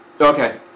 Okay